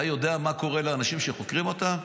אתה יודע מה קורה לאנשים שחוקרים אותם?